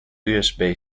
usb